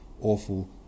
awful